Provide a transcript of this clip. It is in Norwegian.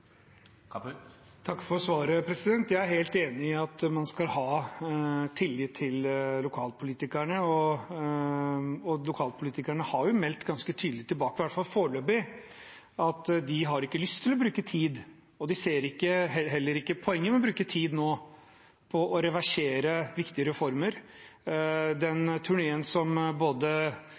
Takk for svaret. Jeg er helt enig i at man skal ha tillit til lokalpolitikerne, og lokalpolitikerne har jo meldt ganske tydelig tilbake, i hvert fall foreløpig, at de ikke har lyst til – og heller ikke ser poenget med – å bruke tid nå på å reversere viktige reformer. Den turneen som både